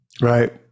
Right